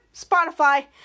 Spotify